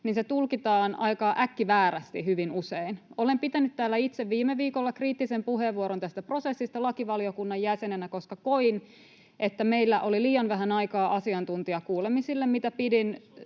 se tulkitaan aika äkkiväärästi hyvin usein. Olen pitänyt täällä itse viime viikolla kriittisen puheenvuoron tästä prosessista lakivaliokunnan jäsenenä, koska koin, että meillä oli liian vähän aikaa asiantuntijakuulemisille, [Kimmo